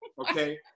Okay